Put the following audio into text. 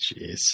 Jeez